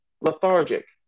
lethargic